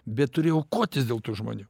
bet turi aukotis dėl tų žmonių